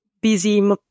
busy